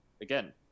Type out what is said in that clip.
Again